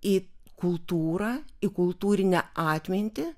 į kultūrą į kultūrinę atmintį